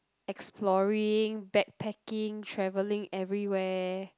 exploring backpacking travelling everywhere